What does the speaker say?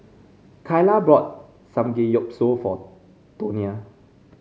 Kaila bought Samgeyopsal for Tonia